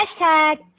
hashtag